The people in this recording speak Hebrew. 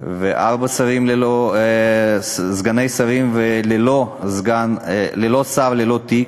וארבעה סגני שרים, ללא שר ללא תיק,